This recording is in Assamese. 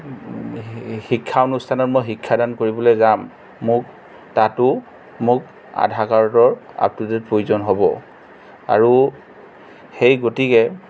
শিক্ষা অনুষ্ঠানত মই শিক্ষাদান কৰিবলৈ যাম মোক তাতো মোক আধাৰ কাৰ্ডৰ আপ টু ডে'ট প্ৰয়োজন হ'ব আৰু সেই গতিকে